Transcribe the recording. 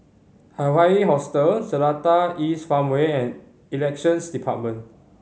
Hawaii Hostel Seletar East Farmway and Elections Department